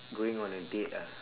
going on a date ah